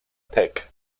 tech